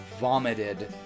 vomited